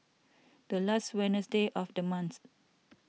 the last Wednesday of the month